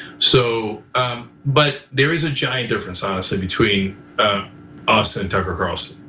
so but there is a giant difference honestly between us and tucker carlson.